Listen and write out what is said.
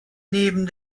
neben